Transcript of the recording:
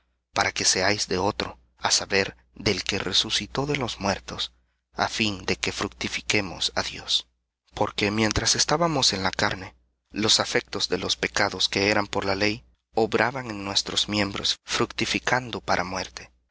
para que seáis de otro del que resucitó de los muertos á fin de que fructifiquemos á dios porque mientras estábamos en la carne los afectos de los pecados que eran por la ley obraban en nuestros miembros fructificando para muerte